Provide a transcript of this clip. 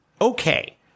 Okay